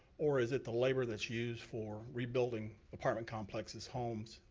or is it the labor that's used for rebuilding apartment complexes, homes,